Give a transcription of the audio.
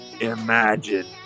Imagine